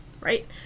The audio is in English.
right